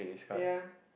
ya